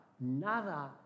Nada